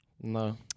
no